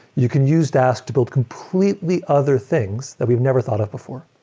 you can use dask to build completely other things that we've never thought of before.